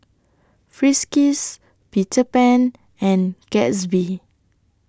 Friskies Peter Pan and Gatsby